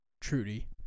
Trudy